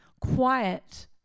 quiet